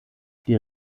die